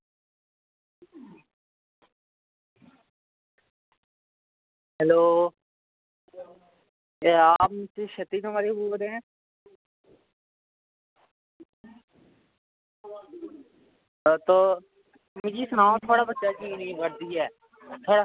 hello हां जी सतीश कुमार जी बोल्ला दे ऐं आं ते मिगी सनाओ कि थोआड़ी बच्ची कीह् नी पढ़दी ऐ हैं